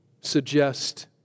suggest